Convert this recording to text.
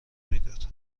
میداد